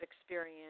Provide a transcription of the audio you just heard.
experience